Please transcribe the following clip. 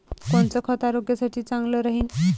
कोनचं खत आरोग्यासाठी चांगलं राहीन?